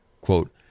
Quote